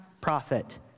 prophet